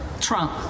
Trump